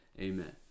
Amen